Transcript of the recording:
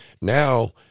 Now